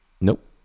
Nope